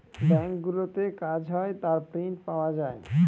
ব্যাঙ্কগুলোতে কাজ হয় তার প্রিন্ট পাওয়া যায়